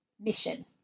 mission